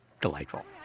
delightful